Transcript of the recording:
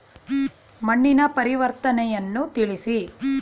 ಮಣ್ಣಿನ ಪರಿವರ್ತನೆಯನ್ನು ತಿಳಿಸಿ?